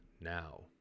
now